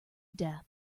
death